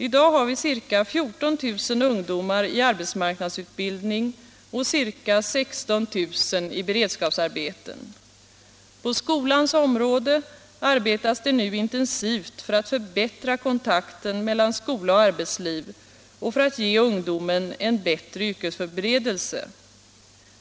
I dag har vi ca 14 000 ungdomar i arbetsmarknadsutbildning och ca 16 000 i beredskapsarbeten. På skolans område arbetas det nu intensivt för att förbättra kontakten mellan skola och arbetsliv och för att ge ungdomen en bättre yrkesförberedelse.